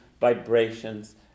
vibrations